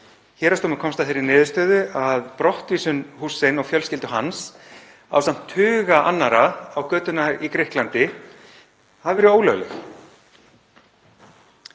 Héraðsdómur komst að þeirri niðurstöðu að brottvísun Husseins og fjölskyldu hans ásamt tuga annarra á götuna í Grikklandi hafi verið ólögleg.